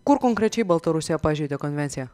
kur konkrečiai baltarusija pažeidė konvenciją